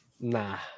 Nah